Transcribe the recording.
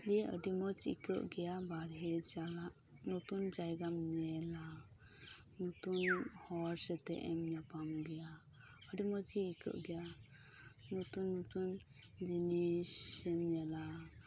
ᱫᱤᱭᱮ ᱟᱹᱰᱤ ᱢᱚᱸᱡᱽ ᱟᱹᱭᱠᱟᱹᱜ ᱜᱮᱭᱟ ᱵᱟᱨᱦᱮ ᱪᱟᱞᱟᱜ ᱱᱚᱛᱩᱱ ᱡᱟᱭᱜᱟᱢ ᱧᱮᱞᱟ ᱱᱚᱛᱩᱱ ᱦᱚᱲ ᱥᱟᱶᱛᱮᱢ ᱧᱟᱯᱟᱢ ᱜᱮᱭᱟ ᱟᱹᱰᱤ ᱢᱚᱸᱡᱽ ᱜᱮ ᱟᱹᱭᱠᱟᱹᱜ ᱜᱮᱭᱟ ᱱᱚᱛᱩᱱ ᱱᱚᱛᱩᱱ ᱡᱤᱱᱤᱥᱮᱢ ᱧᱮᱞᱟ